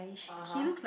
(uh huh)